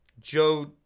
joe